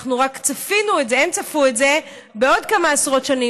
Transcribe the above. הם רק צפו את זה בעוד כמה עשרות שנים,